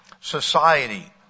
society